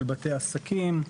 של בתי עסקים,